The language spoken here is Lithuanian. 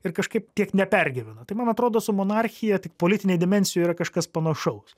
ir kažkaip tiek nepergyvena tai man atrodo su monarchija tik politinėj dimensijoj yra kažkas panašaus